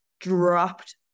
dropped